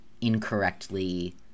incorrectly